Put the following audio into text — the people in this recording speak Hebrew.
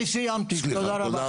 אני סיימתי, תודה רבה.